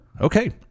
okay